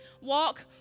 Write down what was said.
Walk